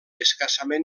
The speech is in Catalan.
escassament